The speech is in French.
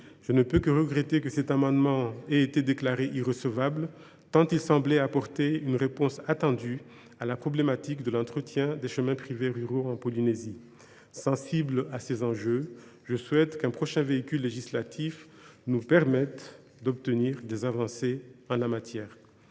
notre collègue Agnès Canayer ait été déclaré irrecevable, tant son dispositif semblait apporter une réponse attendue à la problématique de l’entretien des chemins privés ruraux en Polynésie. Sensible à ces enjeux, je souhaite qu’un prochain véhicule législatif nous permette d’obtenir des avancées en la matière.